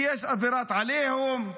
יש אווירת עליהום,